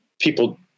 people